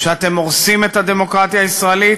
שאתם הורסים את הדמוקרטיה הישראלית,